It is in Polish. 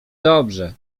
dobrze